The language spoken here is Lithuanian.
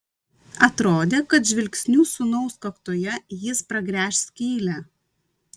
atrodė kad žvilgsniu sūnaus kaktoje jis pragręš skylę